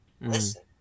listen